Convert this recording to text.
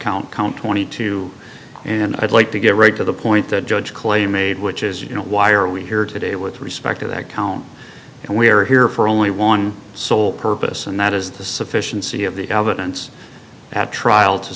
count count twenty two and i'd like to get right to the point that judge clay made which is you know why are we here today with respect to that calm and we are here for only one sole purpose and that is the sufficiency of the evidence at trial to